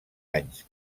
anys